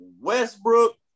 Westbrook